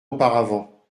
auparavant